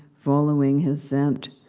following his scent.